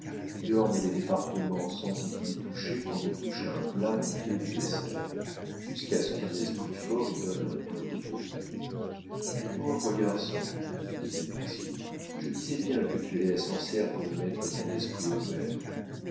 qui ornent les départements sans y plus toucher qu'on ne touche à un plat monté du dessert jusqu'à ce qu'un esprit fort y donne un coup de couteau pauvre garçon disait bixiou je disais bien que tu allais à sancerre pour y mettre ton esprit au vert